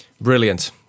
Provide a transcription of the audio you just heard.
brilliant